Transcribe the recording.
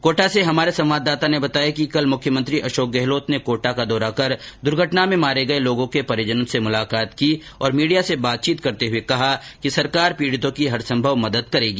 कोटा से हमारे संवाददाता ने बताया कि कल मुख्यमंत्री अशोक गहलोत ने कोटा का दौरा कर दुर्घटना में मारे गये लोगों के परिजनों से मुलाकात की और मीडिया से बातचीत करते हुए कहा कि सरकार पीड़ितों की हर संभव मदद करेगी